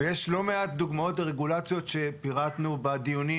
ויש לא מעט דוגמאות לרגולציות שפירטנו בדיונים,